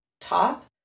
top